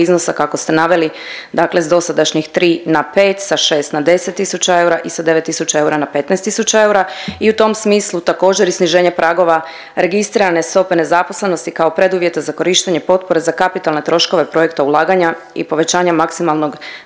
iznosa kako ste naveli, dakle s dosadašnjih 3 na 5, sa 6 na 10 tisuća eura i sa 9 tisuća eura na 15 tisuća eura i u tom smislu također, i sniženje pragova registrirane stope nezaposlenosti kao preduvjeta za korištenje potpore za kapitalne troškove projekta ulaganja i povećanja maksimalnog